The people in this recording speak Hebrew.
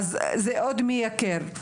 ואז זה עוד מייקר.